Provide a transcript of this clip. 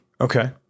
Okay